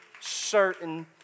certain